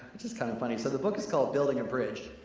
which is kind of funny. so the book is called building a bridge.